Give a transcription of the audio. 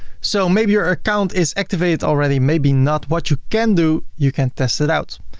so maybe your account is activated already, maybe not. what you can do, you can test it out.